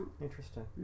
Interesting